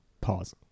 Pause